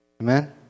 amen